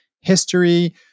history